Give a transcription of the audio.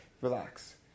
Relax